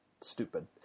stupid